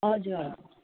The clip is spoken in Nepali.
हजुर